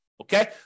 Okay